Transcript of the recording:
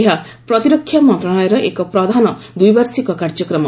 ଏହା ପ୍ରତିରକ୍ଷା ମନ୍ତ୍ରଣାଳୟର ଏକ ପ୍ରଧାନ ଦ୍ୱି ବାର୍ଷିକ କାର୍ଯ୍ୟକ୍ରମ